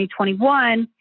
2021